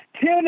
tune